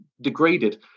degraded